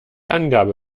angabe